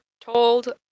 told